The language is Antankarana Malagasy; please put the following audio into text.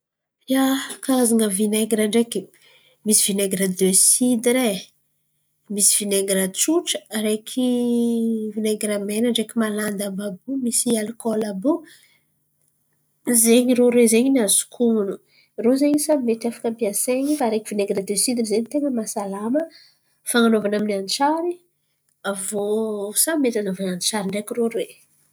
Ia, karazan̈a vinegira ndraiky. Misy viegira misy vinegira desidira edy e. Misy vinegira tsotra araiky vinegira mena ndraiky malandy àby àby io misy alikoly àby io zen̈y rô roe ny azoko onon̈o rô zen̈y samby afaka ampiasain̈y. Fa araiky vinegira desidira zen̈y ny tain̈a mahasalama fan̈anovana amin’ny antsiary, aviô samy mety an̈anovan̈a antsiary ndraiky rô roe.